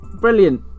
brilliant